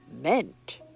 meant